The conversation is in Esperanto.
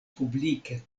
publike